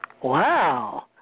wow